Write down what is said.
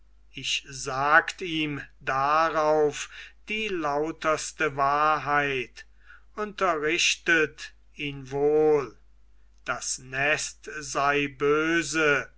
ich sagt ihm darauf die lauterste wahrheit unterrichtet ihn wohl das nest sei böse